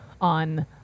on